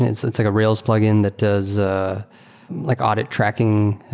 it's it's like a rails plug-in that does ah like audit tracking,